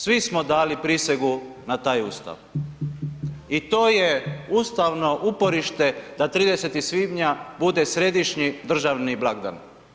Svi smo dali prisegu na taj Ustav i to je ustavno uporište da 30. svibnja bude središnji državni blagdan.